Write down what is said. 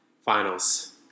Finals